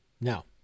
Now